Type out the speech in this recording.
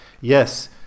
yes